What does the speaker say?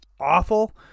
awful